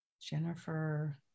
Jennifer